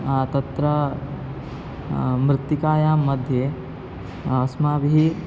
तत्र मृत्तिकायां मध्ये अस्माभिः